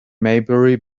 maybury